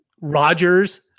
Rodgers